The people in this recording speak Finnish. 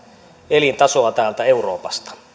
elintasoa täältä euroopasta